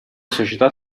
società